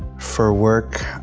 for work,